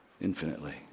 infinitely